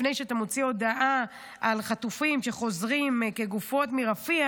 לפני שאתה מוציא הודעה על חטופים שחוזרים כגופות מרפיח,